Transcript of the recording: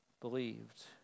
believed